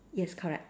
yes correct